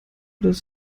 das